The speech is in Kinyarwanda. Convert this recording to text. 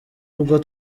ubwo